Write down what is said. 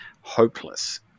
hopeless